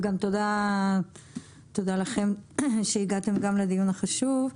וגם תודה לכם שהגעתם לדיון החשוב.